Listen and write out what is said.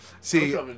See